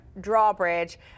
drawbridge